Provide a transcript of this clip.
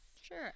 Sure